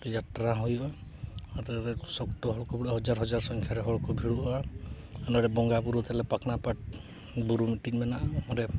ᱡᱟᱛᱛᱨᱟ ᱦᱚᱸ ᱦᱩᱭᱩᱜᱼᱟ ᱟᱫᱚ ᱥᱚᱠᱛᱚ ᱦᱚᱲ ᱠᱚ ᱵᱷᱤᱲᱚᱜᱼᱟ ᱦᱟᱡᱟᱨ ᱦᱟᱡᱟᱨ ᱥᱚᱝᱠᱷᱟ ᱨᱮ ᱦᱚᱲ ᱠᱚ ᱵᱷᱤᱲᱚᱜᱼᱟ ᱚᱱᱟᱨᱮ ᱵᱚᱸᱜᱟᱼᱵᱩᱨᱩ ᱛᱟᱞᱮ ᱯᱟᱴᱱᱟ ᱯᱟᱴ ᱵᱩᱨᱩ ᱢᱤᱫᱴᱤᱡ ᱢᱮᱱᱟᱜᱼᱟ ᱚᱸᱰᱮ